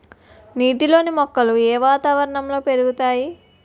నీటిలోని మొక్కలు ఏ వాతావరణంలో పెరుగుతాయి?